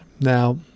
Now